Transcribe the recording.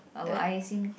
our